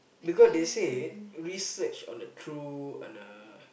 because they say research on the true on a